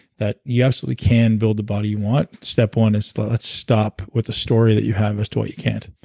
that you absolutely can build the body you want. step one is let's stop with the story that you have as to what you can't